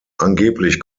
angeblich